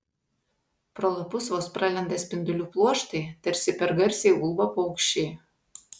pro lapus vos pralenda spindulių pluoštai tarsi per garsiai ulba paukščiai